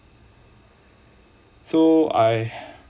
so I